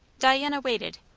diana waited.